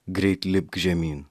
greit lipk žemyn